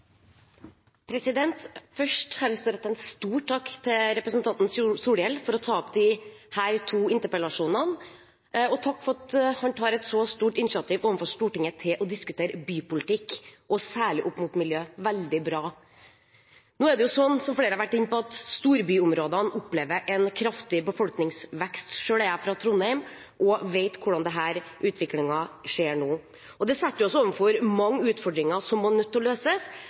Først har jeg lyst til å rette en stor takk til representanten Solhjell for at han tar opp disse to interpellasjonene, og for at han tar et så stort initiativ overfor Stortinget til å diskutere bypolitikk, særlig opp mot miljø – veldig bra. Nå er det sånn – som flere har vært inne på – at storbyområdene opplever en kraftig befolkningsvekst. Selv er jeg fra Trondheim og vet hvordan denne utviklingen nå går. Det stiller oss overfor mange utfordringer som vi er nødt til å